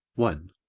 one.